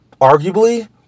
arguably